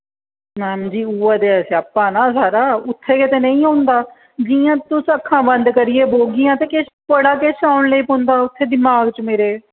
ma'am ji उ'ऐ ते स्यापा ना सारा उत्थै गै ते नेईं होंदा जि'यां तुस अक्खां बंद करियै बौह्गियां ते किश बड़ा किश औन लगी पौंदा उत्थै दिमाग च मेरे